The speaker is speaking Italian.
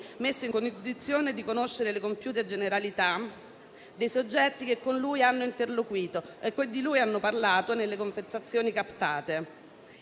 messo in condizione di conoscere le compiute generalità dei soggetti che con lui hanno interloquito e che di lui hanno parlato nelle conversazioni captate.